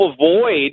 avoid